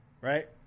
right